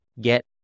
get